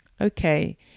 okay